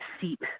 seep